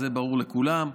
וזה ברור לכולם,